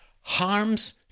harms